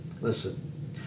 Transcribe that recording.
Listen